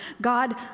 God